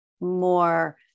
more